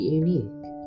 unique